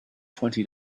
twenty